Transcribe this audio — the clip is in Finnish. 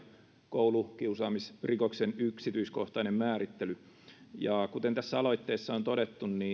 koulukiusaamisrikoksen yksityiskohtainen määrittely kuten tässä aloitteessa on todettu